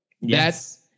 Yes